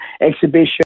exhibition